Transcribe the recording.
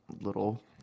Little